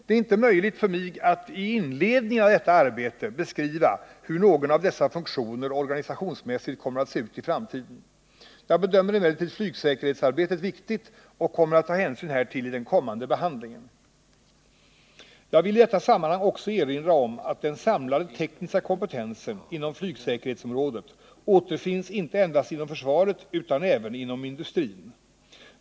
Det är inte möjligt för mig att i inledningen av detta arbete beskriva hur någon av dessa funktioner organisationsmässigt kommer att se ut i framtiden. Jag bedömer emellertid flygsäkerhetsarbetet viktigt och kommer att ta hänsyn härtill i den kommande behandlingen. Jag vill i detta sammanhang också erinra om att den samlade tekniska kompetensen inom flygsäkerhetsområdet återfinns inte endast inom försvaret utan även inom industrin.